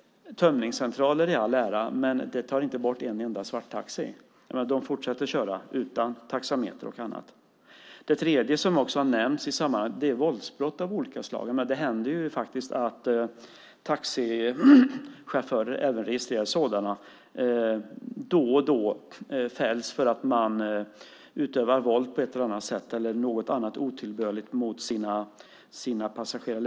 Tömningscentraler i all ära, men de tar inte bort en enda svarttaxi. De fortsätter köra utan taxameter och annat. Det tredje, som också har nämnts i sammanhanget, är våldsbrott av olika slag. Det händer att taxichaufförer, även registrerade, fälls för att de utövat våld eller något annat otillbörligt mot sina passagerare.